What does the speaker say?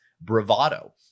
bravado